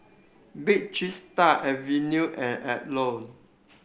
Bake Cheese Tart Acuvue and Alcott